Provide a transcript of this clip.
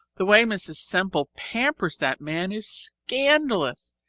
the way mrs semple pampers that man is scandalous.